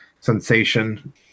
sensation